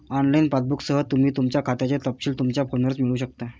online पासबुकसह, तुम्ही तुमच्या खात्याचे तपशील तुमच्या फोनवरच मिळवू शकता